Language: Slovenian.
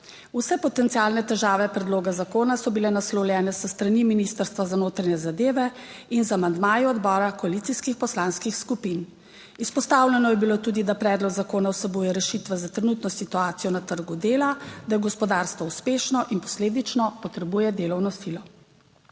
Vse potencialne težave predloga zakona so bile naslovljene s strani Ministrstva za notranje zadeve in z amandmaji odbora koalicijskih poslanskih skupin. Izpostavljeno je bilo tudi, da predlog zakona vsebuje rešitve za trenutno situacijo na trgu dela, da je gospodarstvo uspešno in posledično potrebuje delovno silo.